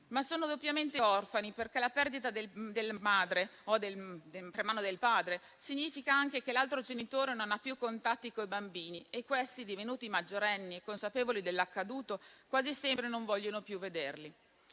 ma sono doppiamente orfani perché la perdita della madre per mano del padre significa anche che l'altro genitore non ha più contatti con i bambini e questi, divenuti maggiorenni e consapevoli dell'accaduto, quasi sempre non vogliono più vederlo.